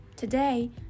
Today